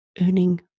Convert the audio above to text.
earning